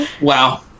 wow